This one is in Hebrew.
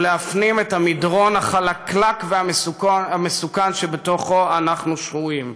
ולהפנים את המדרון החלקלק והמסוכן שבתוכו אנחנו שרויים,